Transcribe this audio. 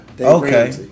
Okay